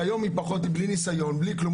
שהיום היא בלי ניסיון בלי כלום.